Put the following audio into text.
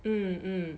mm mm